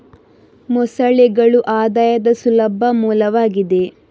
ಮೊಸಳೆಗಳು ಆದಾಯದ ಸುಲಭ ಮೂಲವಾಗಿದೆ